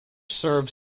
serves